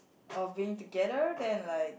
of being together then like